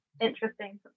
interesting